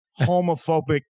homophobic